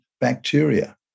bacteria